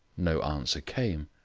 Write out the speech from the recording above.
no answer came.